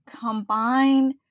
combine